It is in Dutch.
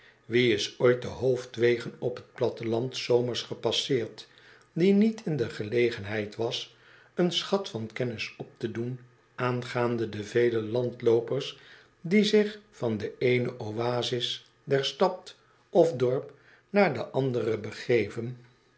wie is ooit de hoofdwegen op t platteland s zomers gepasseerd die niet in de gelegenheid was een schat van kennis op te doen aangaande de vele landloopers die zich van de eene oasis der stad of dorp naar de andere begeven